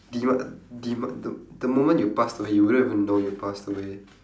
demi~ demi~ the the moment you passed away you won't even know you passed away